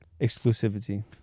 exclusivity